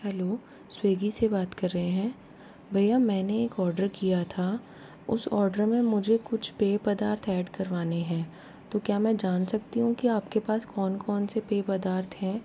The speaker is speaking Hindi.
हैलो स्वीग्गी से बात कर रहे हैं भैया मैंने एक ऑर्डर किया था उस ऑर्डर में मुझे कुछ पेय पदार्थ ऐड करवाने हैं तो क्या मैं जान सकती हूँ कि आपके पास कौन कौन से पेय पदार्थ हैं